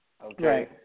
Okay